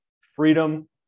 Freedom